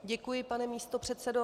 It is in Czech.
Děkuji, pane místopředsedo.